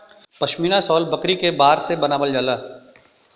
पश्मीना शाल बकरी के बार से बनावल जाला